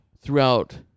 throughout